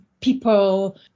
people